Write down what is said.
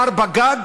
ארבעה גג,